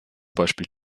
beispiel